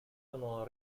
sono